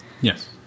Yes